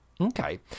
Okay